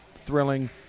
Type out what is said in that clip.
thrilling